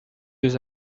deux